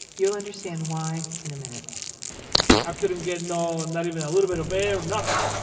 you'll understand why in a minute i couldn't get, no, not even a little bit of air nothing.